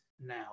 now